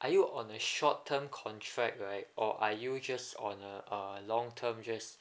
are you on a short term contract right or are you just on a a long term just